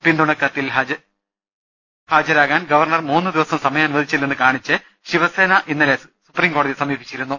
പിന്തു ണ കത്തിൽ ഹാജരാകാൻ ഗവർണർ മൂന്നു ദിവസം സമയം അനുവദിച്ചില്ലെന്ന് കാണിച്ച് ശിവസേന ഇന്നലെ സുപ്രീം കോട്ടതിയെ സമീപിച്ചിരുന്നു